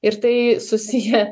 ir tai susiję